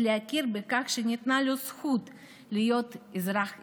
ולהכיר בכך שניתנה לו זכות להיות אזרח ישראלי,